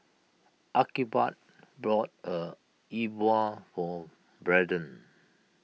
Archibald bought a Bua for Brenden